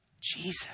Jesus